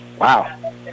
wow